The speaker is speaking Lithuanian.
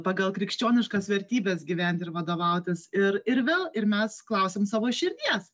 pagal krikščioniškas vertybes gyventi ir vadovautis ir ir vėl ir mes klausiam savo širdies